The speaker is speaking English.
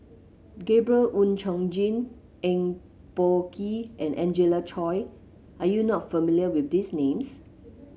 Gabriel Oon Chong Jin Eng Boh Kee and Angelina Choy are you not familiar with these names